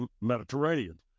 Mediterranean